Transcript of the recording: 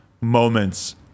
moments